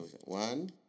One